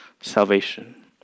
salvation